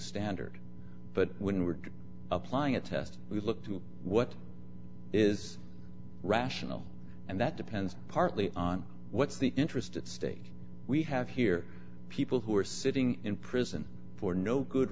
standard but when we're applying a test we look to what is rational and that depends partly on what's the interest at stake we have here people who are sitting in prison for no good